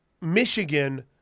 Michigan